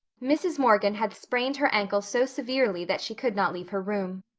mrs. morgan had sprained her ankle so severely that she could not leave her room.